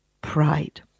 pride